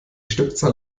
stückzahl